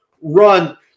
run